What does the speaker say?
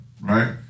right